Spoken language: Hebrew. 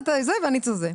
אתה את זה ואני את זה.